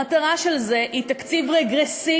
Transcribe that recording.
המטרה של זה היא תקציב רגרסיבי,